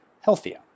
healthier